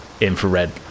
infrared